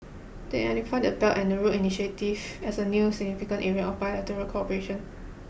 they identified the Belt and Road initiative as a new significant area of bilateral cooperation